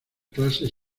clases